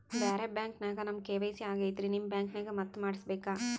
ಬ್ಯಾರೆ ಬ್ಯಾಂಕ ನ್ಯಾಗ ನಮ್ ಕೆ.ವೈ.ಸಿ ಆಗೈತ್ರಿ ನಿಮ್ ಬ್ಯಾಂಕನಾಗ ಮತ್ತ ಮಾಡಸ್ ಬೇಕ?